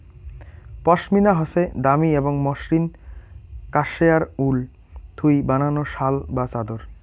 পশমিনা হসে দামি এবং মসৃণ কাশ্মেয়ার উল থুই বানানো শাল বা চাদর